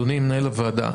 אדוני מנהל הוועדה,